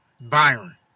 Byron